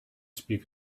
speak